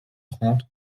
trente